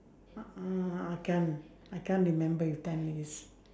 uhh I can't I can't remember if ten years